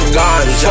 guns